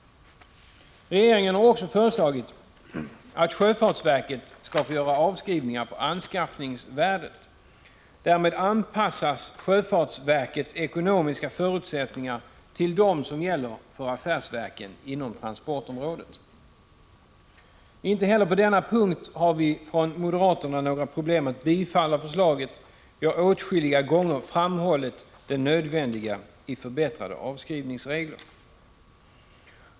Regeringen har också föreslagit att sjöfartsverket skall få göra avskrivningar på anskaffningsvärdet. Därmed anpassas sjöfartsverkets ekonomiska | förutsättningar till dem som gäller för affärsverken inom transportområdet. I Inte heller på denna punkt har vi från moderaterna några problem att biträda förslaget. Vi har åtskilliga gånger framhållit det nödvändiga i förbättrade avskrivningsregler.